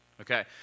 Okay